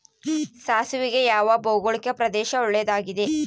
ಸಾಸಿವೆಗೆ ಯಾವ ಭೌಗೋಳಿಕ ಪ್ರದೇಶ ಒಳ್ಳೆಯದಾಗಿದೆ?